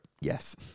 yes